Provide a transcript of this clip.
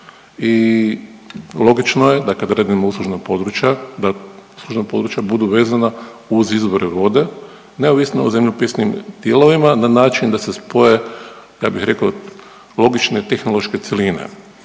…/Govornik se ne razumije./… uslužna područja da uslužna područja budu vezane uz izvore vode neovisno o zemljopisnim dijelovima na način da se spoje ja bih rekao logične tehnološke cjeline.